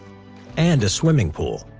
and a swimming pool.